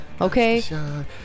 Okay